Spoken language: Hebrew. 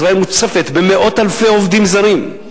ישראל מוצפת במאות אלפי עובדים זרים,